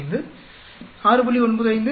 45 6